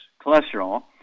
cholesterol